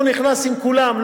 הוא נכנס עם כולם,